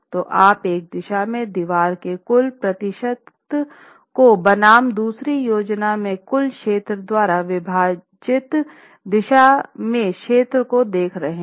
तो आप एक दिशा की दीवार के कुल प्रतिशत को बनाम दूसरी योजना के कुल क्षेत्र द्वारा विभाजित दिशा में क्षेत्र को देख रहे हैं